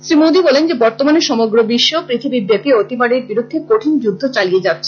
শ্রী মোদী বলেন বর্তমানে সমগ্র বিশ্ব পৃথিবীব্যাপী অতিমারীর বিরুদ্ধে কঠিন যুদ্ধ চালিয়ে যাচ্ছে